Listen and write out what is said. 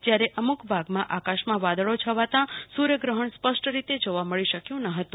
જ્યારે અમુક ભાગમાં આકાશમાં વાદળો છવાતા સુર્યગ્રહણ સ્પષ્ટ રીતે જોવા મળી શક્યું ન હતું